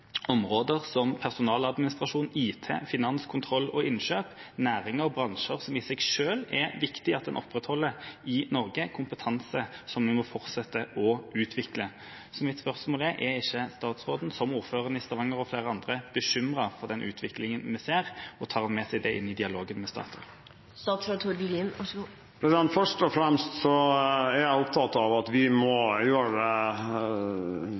områder som personaladministrasjon, IT, finanskontroll og innkjøp – næringer og bransjer som det i seg selv er viktig at en opprettholder i Norge, en kompetanse som vi må fortsette å utvikle. Så mitt spørsmål er: Er ikke statsråden, som ordføreren i Stavanger og flere andre, bekymret for den utviklingen vi ser, og tar det med seg inn i dialogen med Statoil? Først og fremst er jeg opptatt av at vi må